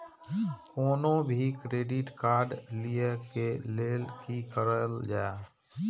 कोनो भी credit card लिए के लेल की करल जाय?